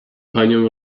panią